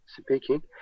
speaking